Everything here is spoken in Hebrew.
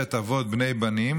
זקנים בני בנים